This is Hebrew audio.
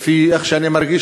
לפי איך שאני מרגיש,